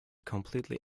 completely